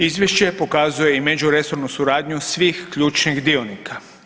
Izvješće pokazuje i međuresornu suradnju svih ključnih dionika.